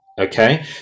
Okay